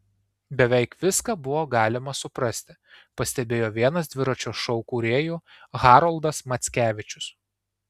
beveik viską buvo galima suprasti pastebėjo vienas dviračio šou kūrėjų haroldas mackevičius